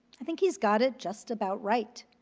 i think he's got it just about right.